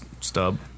stub